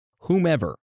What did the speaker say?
whomever